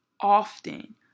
often